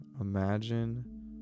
imagine